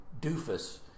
Doofus